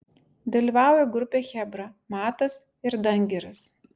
dalyvauja grupė chebra matas ir dangiras